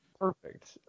Perfect